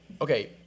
Okay